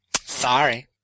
Sorry